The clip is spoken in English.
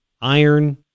Iron